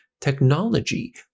technology